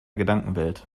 gedankenwelt